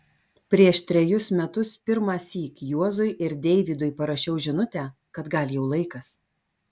prieš trejus metus pirmąsyk juozui ir deivydui parašiau žinutę kad gal jau laikas